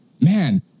Man